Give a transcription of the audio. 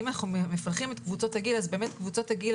אם אנחנו מפלחים את קבוצות הגיל אז באמת קבוצות הגיל